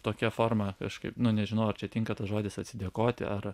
tokia forma kažkaip nu nežinau ar čia tinka tas žodis atsidėkoti ar